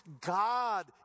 God